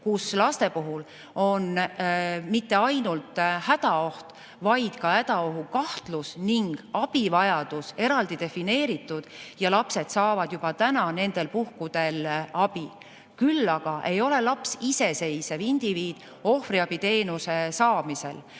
Laste puhul on mitte ainult hädaoht, vaid ka hädaohu kahtlus ning abivajadus seaduses eraldi defineeritud. Lapsed saavad juba täna nendel puhkudel abi. Küll aga ei ole laps iseseisev indiviid ohvriabiteenuse saamisel,